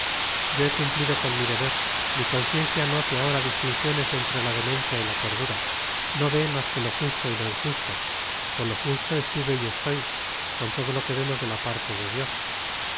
yo he cumplido con mi deber mi conciencia no hace ahora distinciones entre la demencia y la cordura no ve más que lo justo y lo injusto con lo justo estuve y estoy con todo lo que vemos de la parte de dios